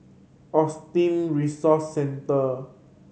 Autism Resource Centre